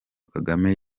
kagame